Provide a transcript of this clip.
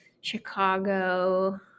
Chicago